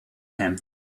him